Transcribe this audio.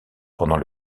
pendant